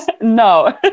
no